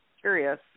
curious